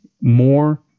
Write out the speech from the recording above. more